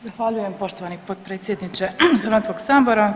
Zahvaljujem poštovani potpredsjedniče Hrvatskog sabora.